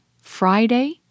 Friday